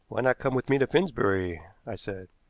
why not come with me to finsbury? i said.